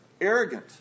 arrogant